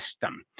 system